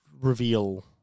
reveal